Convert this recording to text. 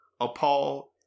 appalled